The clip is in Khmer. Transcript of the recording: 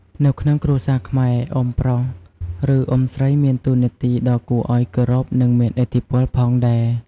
នៅក្នុងគ្រួសារខ្មែរ អ៊ុំប្រុស ឬ អ៊ុំស្រីមានតួនាទីដ៏គួរឱ្យគោរព និងមានឥទ្ធិពលផងដែរ។